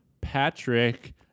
patrick